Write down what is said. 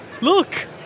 look